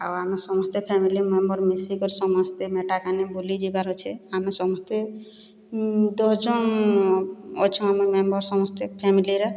ଆଉ ଆମେ ସମସ୍ତେ ଫ୍ୟାମିଲି ମେମ୍ବର୍ ମିଶିକରି ସମସ୍ତେ ବୁଲି ଯିବାର ଅଛେ ଆମେ ସମସ୍ତେ ଦଶ୍ ଜନ୍ ଅଛନ୍ ମେମ୍ବର୍ ଆମ ସମସ୍ତ ଫ୍ୟାମିଲିର